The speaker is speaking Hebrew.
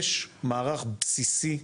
יש מערך בסיסי,